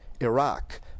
Iraq